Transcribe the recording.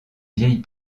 vieilles